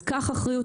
אז קח אחריות,